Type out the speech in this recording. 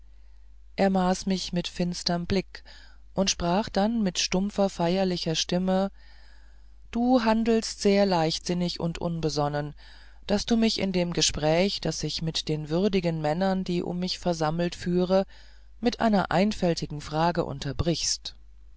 er maß mich mit finsterm blick und sprach dann mit dumpfer feierlicher stimme du handelst sehr leichtsinnig und unbesonnen daß du mich in dem gespräch das ich mit den würdigen männern die um mich versammelt führe mit einer einfältigen frage unterbrichst